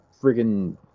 freaking